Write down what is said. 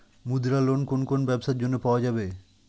মুদ্রা লোন কোন কোন ব্যবসার জন্য পাওয়া যাবে?